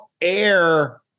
air